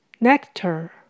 Nectar